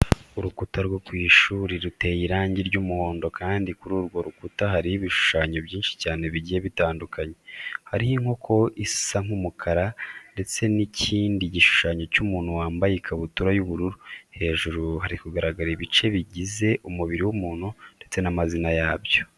Urukuta rwo ku ishuri ruteye irangi ry'umuhondo kandi kuri urwo rukuta hariho ibishushanyo byinshi cyane bigiye bitandukanye, hariho inkoko isa nk'umukara ndetse n'ikindi gishushanyo cy'umuntu wambaye ikabutura y'ubururu, hejuru bari kugaragaza ibice bigize umubiri w'umuntu ndetse n'amazina yabyo.